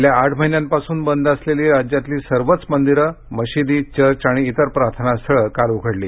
गेल्या आठ महिन्यांपासून बंद असलेली राज्यातली सर्वच मंदिरं मशिदी चर्च आणि इतर प्रार्थना स्थळं काल उघडली